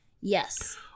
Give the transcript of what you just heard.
Yes